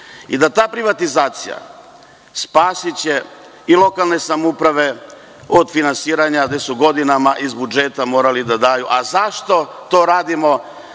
i da ta privatizacija spašava i lokalne samouprave od finansiranja, koje su godinama iz budžeta morale da daju.Zašto to radimo?